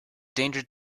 danger